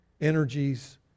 energies